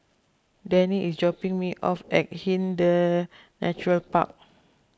Denny is dropping me off at Hindhede Natural Park